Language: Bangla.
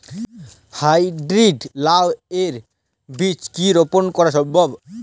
হাই ব্রীড লাও এর বীজ কি রোপন করা সম্ভব?